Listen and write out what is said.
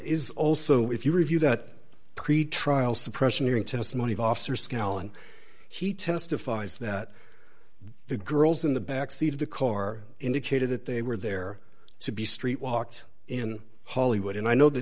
is also if you review that pretrial suppression hearing testimony of officer schelling he testifies that the girls in the back seat of the car indicated that they were there to be street walked in hollywood and i know the